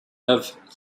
have